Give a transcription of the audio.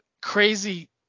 crazy